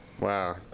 Wow